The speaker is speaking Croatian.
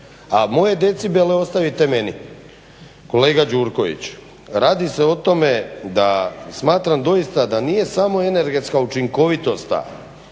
A moje decibele ostavite meni. Kolega Gjurković, radi se o tome da smatram doista da nije samo energetska učinkovitost ta.